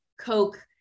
Coke